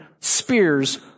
spears